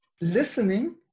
listening